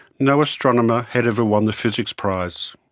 no astronomer had ever won the physics prize.